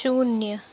शून्य